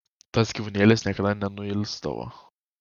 tas gyvulėlis niekada nenuilsdavo